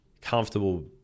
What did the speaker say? comfortable